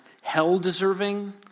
hell-deserving